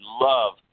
love